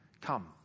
come